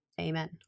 Amen